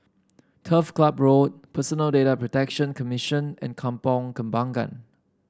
Turf Ciub Road Personal Data Protection Commission and Kampong Kembangan